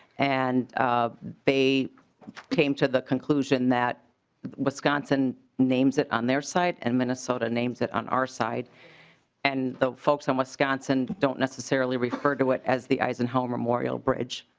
and they came to the conclusion that wisconsin names it on their site and minnesota names it on our side and the folks in wisconsin don't necessarily refer to it as the eisenhower memorial bridge.